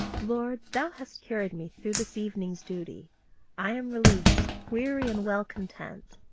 lord, thou hast carried me through this evening's duty i am released, weary, and well content.